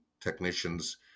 technicians